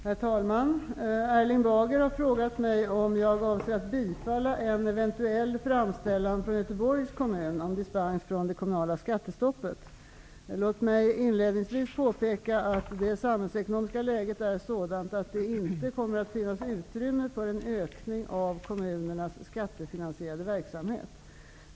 Herr talman! Erling Bager har frågat mig om jag avser att bifalla en eventuell framställan från Låt mig inledningsvis påpeka att det samhällsekonomiska läget är sådant att det inte kommer att finnas utrymme för en ökning av kommunernas skattefinansierade verksamhet.